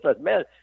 man